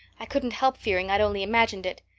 i couldn't help fearing i'd only imagined it.